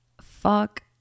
fuck